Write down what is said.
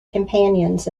companions